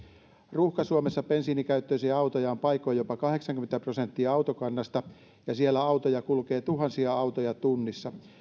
ruuhka suomessa bensiinikäyttöisiä autoja on paikoin jopa kahdeksankymmentä prosenttia autokannasta ja siellä kulkee tuhansia autoja tunnissa